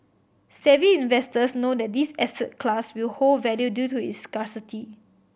savvy investors know that this asset class will hold value due to its scarcity